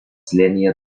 slėnyje